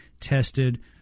tested